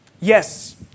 Yes